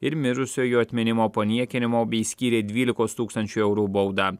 ir mirusiojo atminimo paniekinimo bei skyrė dvylikos tūkstančių eurų baudą